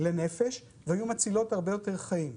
לנפש והיו מצילות הרבה יותר חיים.